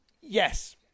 Yes